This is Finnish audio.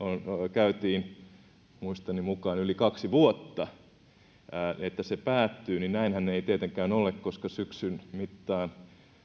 käytiin muistini mukaan yli kaksi vuotta päättyy niin näinhän ei tietenkään ole koska syksyn mittaan